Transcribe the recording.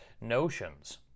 notions